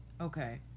Okay